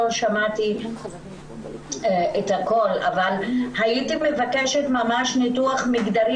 לא שמעתי את הכול אבל הייתי מבקשת ממש ניתוח מגדרי